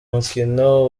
mukino